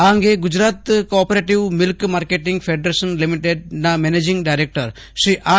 આ નાગે Gujarat cooperative milk marketing federation લઈમીતેદના મેનેજીંગ ડાયરેક્ટર શ્રી આર